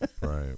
Right